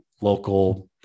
local